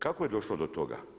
Kako je došlo do toga?